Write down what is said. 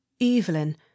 Evelyn